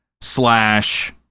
slash